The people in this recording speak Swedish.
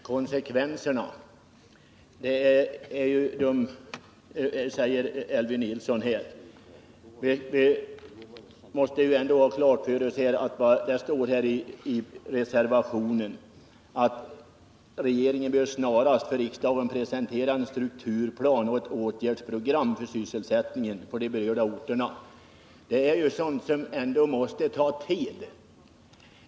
Herr talman! Elvy Nilsson talar om konsekvenserna. Vi måste ju ändå ha klart för oss vad som står i reservationen: ”Regeringen bör snarast för riksdagen presentera en strukturplan och ett åtgärdsprogram för sysselsättningen på de berörda orterna.” Det är sådant som måste ta tid.